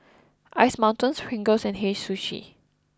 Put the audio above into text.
Ice Mountain Pringles and Hei Sushi